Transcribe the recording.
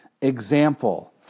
example